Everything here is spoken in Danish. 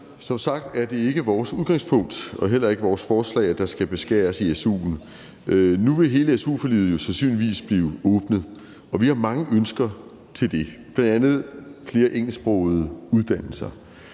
Som sagt er det ikke vores udgangspunkt, og det er heller ikke vores forslag, at der skal skæres i su'en. Nu vil hele su-forliget jo sandsynligvis blive åbnet, og vi har mange ønsker til det, bl.a. flere engelsksprogede uddannelser.